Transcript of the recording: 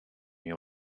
you